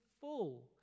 full